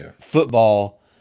football